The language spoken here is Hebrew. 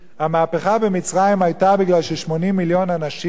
המהפכה במצרים היתה כי 80 מיליון אנשים